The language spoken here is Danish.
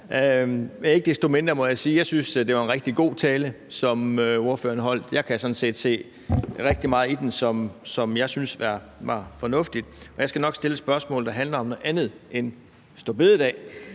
jeg synes, det var en god tale, som ordføreren holdt. Jeg kan sådan set se rigtig meget i den, som jeg synes var fornuftigt, men jeg skal nok stille et spørgsmål, som handler om noget andet end store bededag.